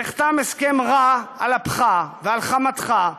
נחתם הסכם רע, על אפך ועל חמתך,